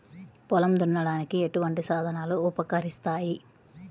పొలం దున్నడానికి ఎటువంటి సాధనాలు ఉపకరిస్తాయి?